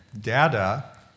Data